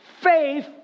faith